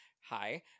Hi